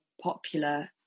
popular